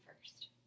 first